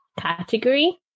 category